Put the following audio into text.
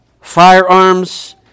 firearms